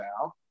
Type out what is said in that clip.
now